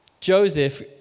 Joseph